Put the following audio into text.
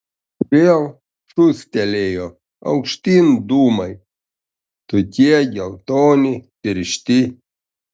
vėl šūstelėjo aukštyn dūmai tokie geltoni tiršti